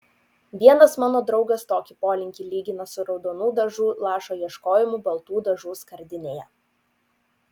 vienas mano draugas tokį polinkį lygina su raudonų dažų lašo ieškojimu baltų dažų skardinėje